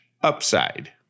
upside